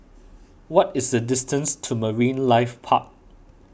what is the distance to Marine Life Park